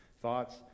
thoughts